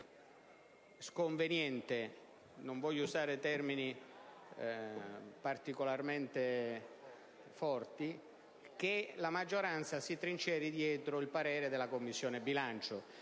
sconveniente - non voglio usare termini particolarmente forti - che la maggioranza si trinceri dietro il parere della Commissione bilancio.